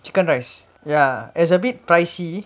chicken rice ya it's a bit pricey